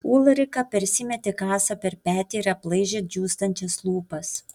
ulrika persimetė kasą per petį ir aplaižė džiūstančias lūpas